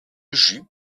jus